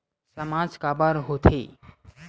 सामाज काबर हो थे?